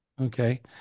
Okay